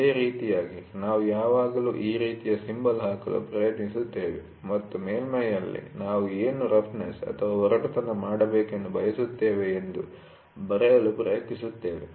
ಇದೇ ರೀತಿಯಾಗಿ ನಾವು ಯಾವಾಗಲೂ ಈ ರೀತಿಯ ಸಿಂಬಲ್ ಹಾಕಲು ಪ್ರಯತ್ನಿಸುತ್ತೇವೆ ಮತ್ತು ಮೇಲ್ಮೈ'ನಲ್ಲಿ ನಾವು ಏನು ರಫ್ನೆಸ್ಒರಟುತನ ಮಾಡಬೇಕೆಂದು ಬಯಸುತ್ತೇವೆ ಎಂದು ಬರೆಯಲು ಪ್ರಯತ್ನಿಸುತ್ತೇವೆ